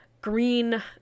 green